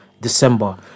December